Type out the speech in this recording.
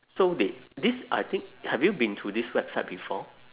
so they this I think have you been to this website before